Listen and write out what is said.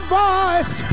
voice